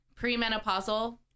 premenopausal